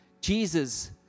Jesus